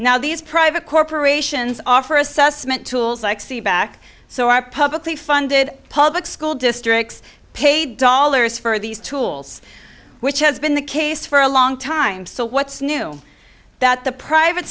now these private corporations offer assessment tools like seat back so our publicly funded public school districts pay dollars for these tools which has been the case for a long time so what's new that the private